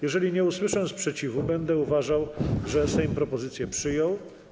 Jeżeli nie usłyszę sprzeciwu, będę uważał, że Sejm propozycję przyjął.